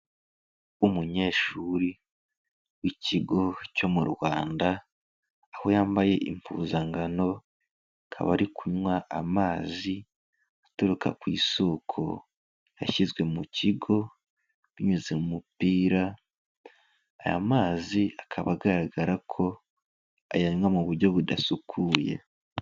Umunyeshuri wikigo cyo mu Rwanda, aho yambaye impuzangano, akaba ari kunywa amazi aturuka ku isoko yashyizwe mu kigo, binyuze mu mupira, aya mazi akaba agaragara ko ayanywa mu buryo budasukuye.